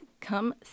Come